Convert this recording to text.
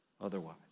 otherwise